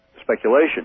speculation